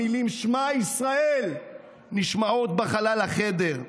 המילים 'שמע ישראל' נשמעות בחלל החדר.